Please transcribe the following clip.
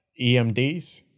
emds